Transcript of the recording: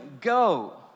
go